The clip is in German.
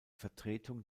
vertretung